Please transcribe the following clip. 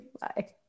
Bye